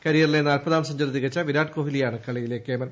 കരിയറിലെ നാൽപതാം സെഞ്ചറി തികച്ച വിരാട് കോഹ്ലിയാണ് കളിയിലെ കേമൻ